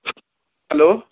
hello